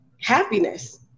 happiness